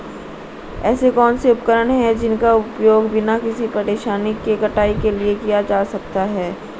ऐसे कौनसे उपकरण हैं जिनका उपयोग बिना किसी परेशानी के कटाई के लिए किया जा सकता है?